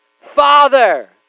Father